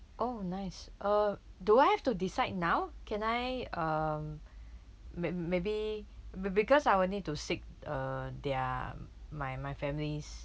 oh nice uh do I have to decide now can I um may maybe be~ because I will need to seek uh there are my my family's